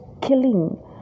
killing